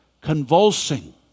convulsing